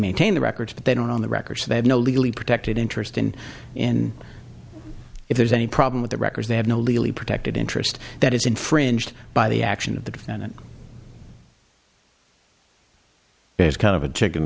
maintain the records but they don't on the record so they have no legally protected interest in and if there's any problem with the records they have no legally protected interest that is infringed by the action of the defendant it's kind of a chicken